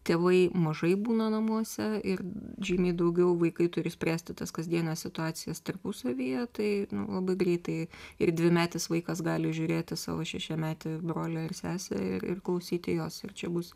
tėvai mažai būna namuose ir žymiai daugiau vaikai turi spręsti tas kasdienes situacijas tarpusavyje tai labai greitai ir dvimetis vaikas gali žiūrėti savo šešiametį brolį ar sesę ir klausyti jos ir čia bus